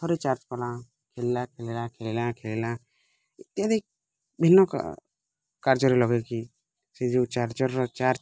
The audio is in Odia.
ଥରେ ଚାର୍ଜ କଲା ଖେଳିଲା ଖେଳିଲା ଖେଳିଲା ଖେଳିଲା ଏନ୍ତି ଭିନ୍ନ କା କାର୍ଯ୍ୟରେ ଲଗାଇ କି ସେ ଯେଉଁ ଚାର୍ଜର୍ ଚାର୍ଜ